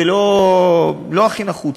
זה לא הכי נחוץ.